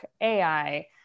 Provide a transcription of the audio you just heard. AI